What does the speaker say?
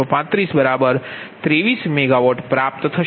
33523 MWમળશે